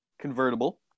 convertible